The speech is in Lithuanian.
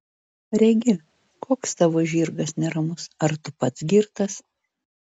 regi koks tavo žirgas neramus ar tu pats girtas